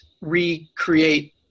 recreate